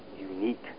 unique